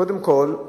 קודם כול,